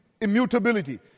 immutability